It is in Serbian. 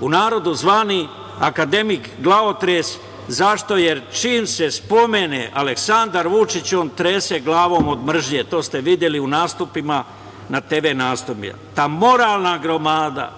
u narodu zvani akademik glavotres, Zašto? Jer, čim se spomene Aleksandar Vućić on trese glavom od mržnje. To ste videli i u nastupima na televiziji. Ta moralna gromada